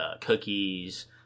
cookies